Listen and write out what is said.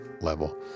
level